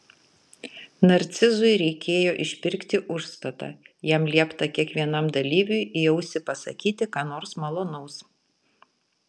narcizui reikėjo išpirkti užstatą jam liepta kiekvienam dalyviui į ausį pasakyti ką nors malonaus